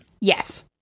Yes